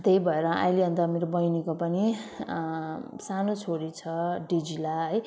त्यही भएर अहिले अन्त मेरो बहिनीको पनि सानो छोरी छ डिजिला है